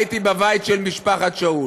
הייתי בבית של משפחת שאול.